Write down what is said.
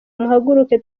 muhaguruke